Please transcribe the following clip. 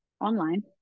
online